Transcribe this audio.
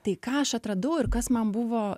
tai ką aš atradau ir kas man buvo